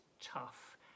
tough